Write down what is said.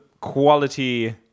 quality